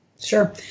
Sure